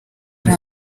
ari